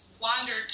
wandered